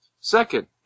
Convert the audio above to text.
Second